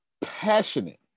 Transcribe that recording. passionate